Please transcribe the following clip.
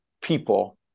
people